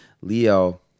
Leo